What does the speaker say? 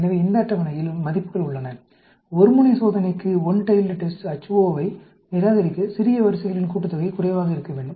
எனவே இந்த அட்டவணையில் மதிப்புகள் உள்ளன ஒரு முனை சோதனைக்கு Ho வை நிராகரிக்க சிறிய வரிசைகளின் கூட்டுத்தொகை குறைவாக இருக்க வேண்டும்